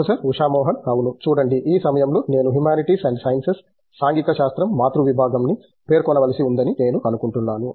professor Usha Mohan అవును చూడండి ఈ సమయంలో నేను ఈ హ్యుమానిటీస్ అండ్ సైన్సెస్ సాంఘిక శాస్త్రం మాతృ విభాగంని పేర్కొనవలసి ఉందని నేను అనుకుంటున్నాను